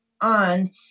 on